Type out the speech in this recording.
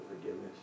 forgiveness